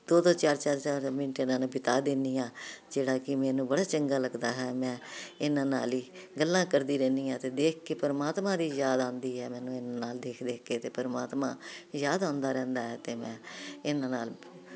ਦੋ ਦੋ ਚਾਰ ਚਾਰ ਮਿੰਟ ਇਹਨਾਂ ਨਾਲ ਬਿਤਾ ਦਿੰਦੀ ਆ ਜਿਹੜਾ ਕਿ ਮੈਨੂੰ ਬੜਾ ਚੰਗਾ ਲੱਗਦਾ ਹੈ ਮੈਂ ਇਹਨਾਂ ਨਾਲ ਹੀ ਗੱਲਾਂ ਕਰਦੀ ਰਹਿੰਦੀ ਆ ਤੇ ਦੇਖ ਕੇ ਪਰਮਾਤਮਾ ਦੀ ਯਾਦ ਆਉਂਦੀ ਹੈ ਮੈਨੂੰ ਇਹਨਾ ਦੇਖ ਦੇਖ ਕੇ ਤੇ ਪਰਮਾਤਮਾ ਯਾਦ ਆਉਂਦਾ ਰਹਿੰਦਾ ਹੈ ਤੇ ਮੈਂ ਇਹਨਾਂ ਨਾਲ